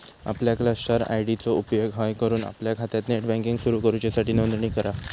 आपल्या cluster ID चो उपेग हय करून आपल्या खात्यात नेट बँकिंग सुरू करूच्यासाठी नोंदणी करा